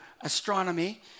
astronomy